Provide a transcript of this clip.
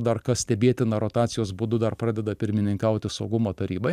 dar kas stebėtina rotacijos būdu dar pradeda pirmininkauti saugumo tarybai